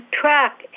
track